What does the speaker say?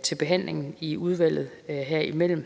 til behandlingen i udvalget her imellem